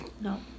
no